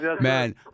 man